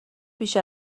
بیش